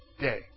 day